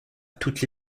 toutes